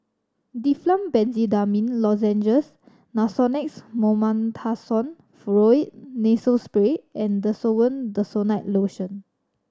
Difflam Benzydamine Lozenges Nasonex Mometasone Furoate Nasal Spray and Desowen Desonide Lotion